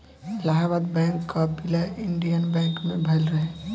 Allahabad bank कअ विलय Indian bank मे भयल रहे